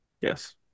yes